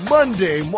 Monday